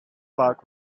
park